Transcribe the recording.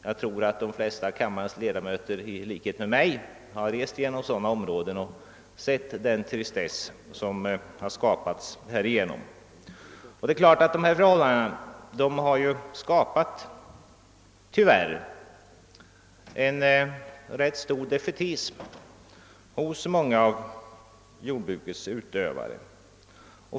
Jag tror att de flesta av kammarens ledamöter i likhet med mig har rest genom sådana områden och sett den tristess som har skapats därigenom. Det är klart att dessa förhållanden tyvärr skapat en rätt stor defaitism hos många av jordbrukets utövare.